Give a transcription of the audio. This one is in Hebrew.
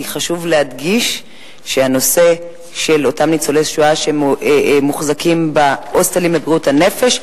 כי חשוב להדגיש שהנושא של ניצולי השואה שמוחזקים בהוסטלים לבריאות הנפש,